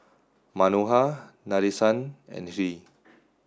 Manohar Nadesan and Hri